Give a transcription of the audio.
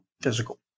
physical